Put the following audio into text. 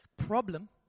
Problem